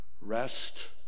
Rest